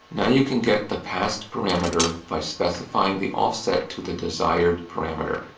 now you can get the passed parameter by specifying the offset to the desired parameter.